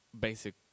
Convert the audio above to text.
basic